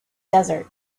desert